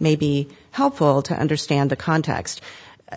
may be helpful to understand the context